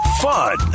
fun